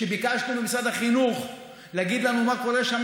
כשביקשנו ממשרד החינוך להגיד לנו מה קורה שם,